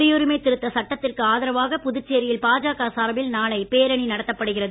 குடியுரிமை திருத்த சட்டத்திற்கு ஆதரவாக புதுச்சேரியில் பாஜக சார்பில் நாளை பேரணி நடத்தப்படுகிறது